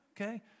Okay